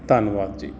ਧੰਨਵਾਦ ਜੀ